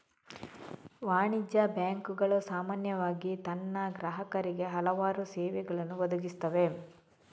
ವಾಣಿಜ್ಯ ಬ್ಯಾಂಕುಗಳು ಸಾಮಾನ್ಯವಾಗಿ ತನ್ನ ಗ್ರಾಹಕರಿಗೆ ಹಲವಾರು ಸೇವೆಗಳನ್ನು ಒದಗಿಸುತ್ತವೆ